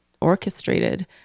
orchestrated